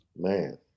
man